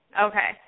Okay